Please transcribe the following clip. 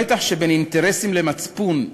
במתח שבין אינטרסים למצפון,